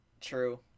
True